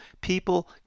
people